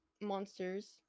monsters